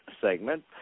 segment